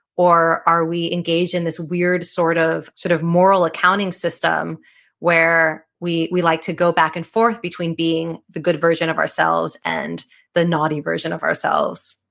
or are we engaged in this weird sort of sort of moral accounting system where we we like to go back and forth between being the good version of ourselves and then naughty version of ourselves?